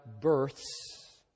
births